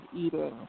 eating